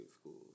schools